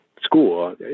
school